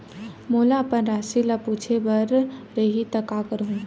मोला अपन राशि ल पूछे बर रही त का करहूं?